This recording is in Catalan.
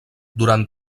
durant